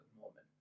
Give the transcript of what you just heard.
Mormon